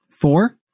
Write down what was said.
Four